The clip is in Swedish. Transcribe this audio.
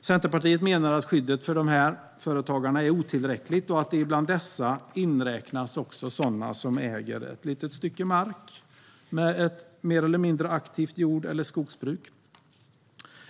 Centerpartiet menar att skyddet för företagarna är otillräckligt och att det bland dessa inräknas också sådana som äger ett litet stycke mark med ett mer eller mindre aktivt jord eller skogsbruk.